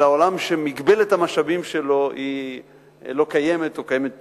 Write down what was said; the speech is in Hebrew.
אלא עולם שמגבלת המשאבים שלו לא קיימת או קיימת פחות.